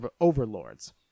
overlords